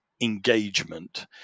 engagement